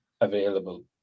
available